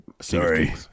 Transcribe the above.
Sorry